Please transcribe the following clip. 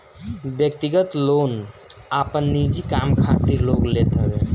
व्यक्तिगत लोन आपन निजी काम खातिर लोग लेत हवे